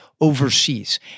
Overseas